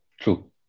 True